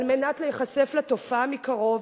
כדי להיחשף לתופעה מקרוב,